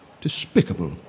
Despicable